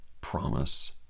promise